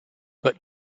but